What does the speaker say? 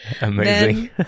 Amazing